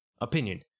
Opinion